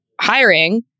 hiring